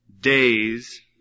days